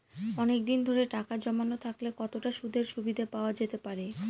অনেকদিন ধরে টাকা জমানো থাকলে কতটা সুদের সুবিধে পাওয়া যেতে পারে?